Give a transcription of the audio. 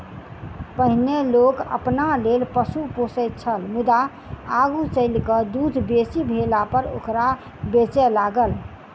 पहिनै लोक अपना लेल पशु पोसैत छल मुदा आगू चलि क दूध बेसी भेलापर ओकरा बेचय लागल